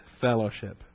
fellowship